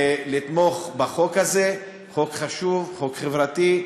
לתמוך בחוק הזה, חוק חשוב, חוק חברתי,